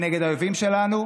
נגד האויבים שלנו,